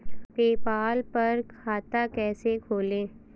PayPal पर खाता कैसे खोलें?